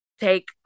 take